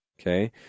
okay